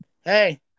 hey